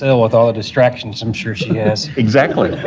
and with all the distractions i'm sure she has. exactly.